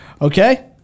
okay